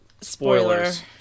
spoilers